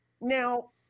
Now